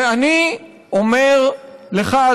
ואני אומר לך,